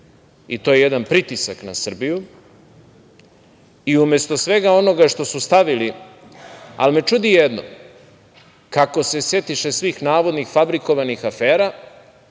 i to je jedan pritisak na Srbiju i umesto svega onoga što su stavili, ali me čudi jedno, kako se setiše svih navodnih fabrikovanih afera